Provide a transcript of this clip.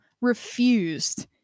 refused